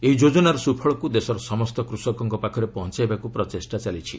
ଏହି ଯୋଜନାର ସ୍ୱଫଳକୃ ଦେଶର ସମସ୍ତ କୃଷକଙ୍କ ପାଖରେ ପହଞ୍ଚାଇବାକୁ ପ୍ରଚେଷ୍ଟା ଚାଲିଛି